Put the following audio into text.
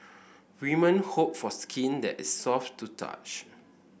women hope for skin that is soft to touch